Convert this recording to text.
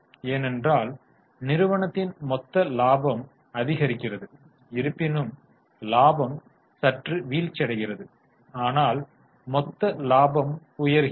ஏனென்றால் நிறுவனத்தின் மொத்த லாபம் அதிகரிக்கிறது இருப்பினும் லாபம் சற்று வீழ்ச்சியடைகிறது ஆனால் மொத்த இலாபம் உயர்கிறது